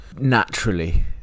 naturally